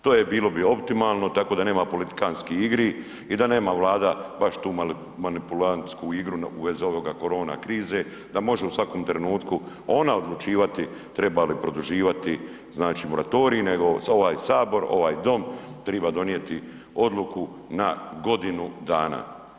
To je bilo bi optimalno tako da nema politikantskih igri i da nema Vlada baš tu manipulantsku igru u vezi ovoga korona krize, da može u svakom trenutku ona odlučivati treba li produživati znači moratorij, nego ovaj Sabor, ovaj Dom, triba donijeti odluku na godinu dana.